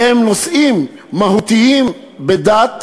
והם נושאים מהותיים בדת,